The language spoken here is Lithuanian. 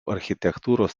architektūros